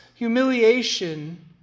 Humiliation